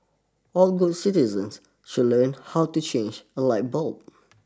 all good citizens should learn how to change a light bulb